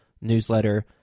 newsletter